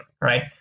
right